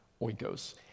oikos